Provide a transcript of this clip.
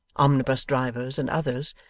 omnibus-drivers, and others,